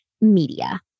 media